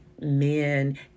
men